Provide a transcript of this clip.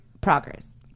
progress